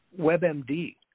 WebMD